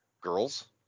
girls